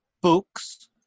books